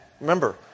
remember